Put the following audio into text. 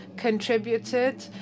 contributed